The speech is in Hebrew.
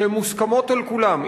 שמוסכמות על כולם.